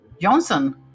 Johnson